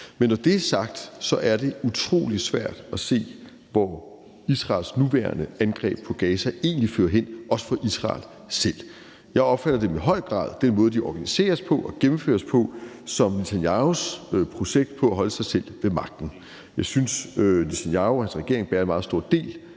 Men når det er sagt, er det utrolig svært at se, hvor Israels nuværende angreb på Gaza egentlig fører hen, også for Israel selv. Jeg opfatter i høj grad den måde, de organiseres på og gennemføres på, som Netanyahus projekt for at holde sig selv ved magten. Jeg synes, Netanyahu og hans regering bærer en meget stor del